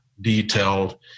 detailed